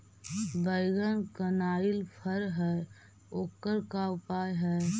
बैगन कनाइल फर है ओकर का उपाय है?